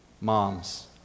moms